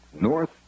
North